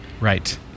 Right